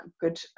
good